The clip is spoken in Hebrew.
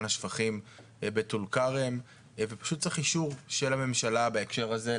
השפכים בטול כרם ופשוט אישור של הממשלה בהקשר הזה.